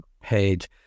page